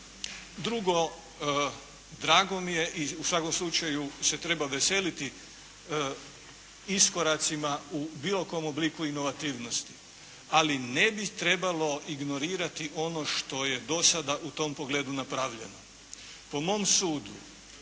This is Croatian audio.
Drugo. Drago mi je i u svakom slučaju se treba veseliti iskoracima u bilo kom obliku inovativnosti, ali ne bi trebalo ignorirati ono što je dosada u tom pogledu napravljeno. Po mom sudu